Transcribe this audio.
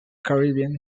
caribbean